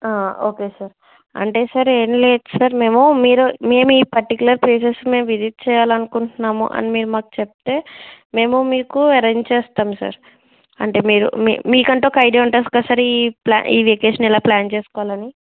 okay sir అంటే sir ఏం లేదు సార్ మీరు మేము ఈ పర్టిక్యులర్ ప్లేసెస్ని విజిట్ చేయాలని అనుకుంటున్నాము అని మీరు మాకు చెబితే మేము మీకు అరేంజ్ చేస్తాము సార్ అంటే మీరు మీ మీకు అంటూ ఒక ఐడియా ఉంటుంది కదా సార్ ఈ ప్లా వెకేషన్ ఎలా ప్లాన్ చేసుకోవాలి అని